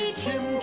chim